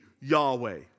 Yahweh